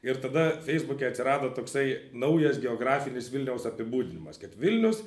ir tada feisbuke atsirado toksai naujas geografinis vilniaus apibūdinimas kad vilnius